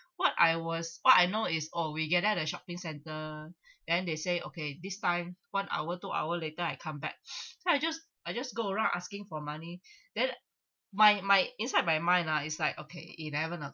what I was what I know is oh we gather at the shopping centre then they say okay this time one hour two hour later I come back so I just I just go around asking for money then my my inside my mind ah is like okay eleven O'clock